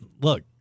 look